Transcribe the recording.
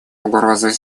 угрозой